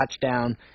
touchdown